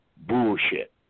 Bullshit